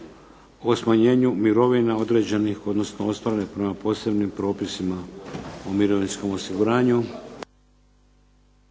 o smanjenju mirovina određenih, odnosno ostvarenih prema posebnim propisima u mirovinskom osiguranju.